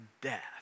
death